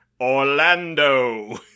Orlando